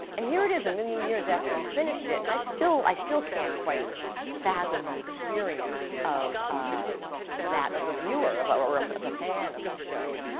and here it is, a million years after we finished it, and i still i still can't quite fathom the experience of ah that of a viewer, or of of a fan of the show.